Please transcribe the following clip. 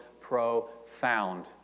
profound